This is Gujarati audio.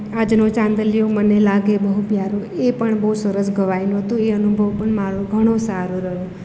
આજનો ચાંદલિયો મને લાગે બહુ પ્યારો એ પણ બહુ સરસ ગવાયેલું હતું એ અનુભવ પણ મારો ઘણો સારો રહ્યો